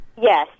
Yes